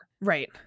Right